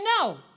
no